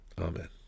amen